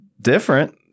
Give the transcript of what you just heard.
different